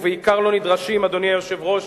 ובעיקר לא נדרשים, אדוני היושב-ראש,